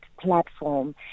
platform